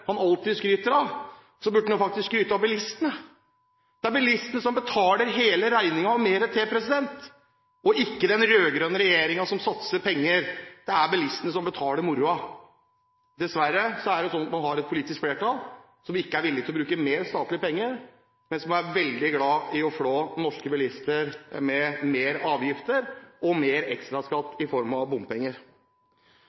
det er ikke den rød-grønne regjeringen som satser penger. Det er bilistene som betaler moroa. Dessverre er det sånn at vi har et politisk flertall som ikke er villig til å bruke mer statlige penger, men som er veldig glad i å flå norske bilister med flere avgifter og mer